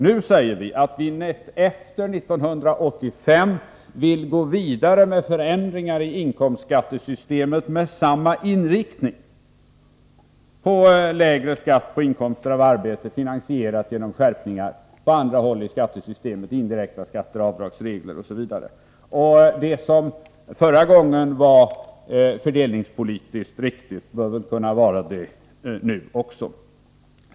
Nu säger vi att vi efter 1985 vill gå vidare med förändringar i inkomstskattesystemet med samma inriktning, dvs. lägre skatt på inkomster av arbete, finansierade genom skärpningar på annat håll i skattesystemet, t.ex. av indirekta skatter, avdragsregler osv. Det som förra gången var fördelningspolitiskt riktigt bör väl kunna vara det nu också.